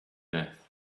death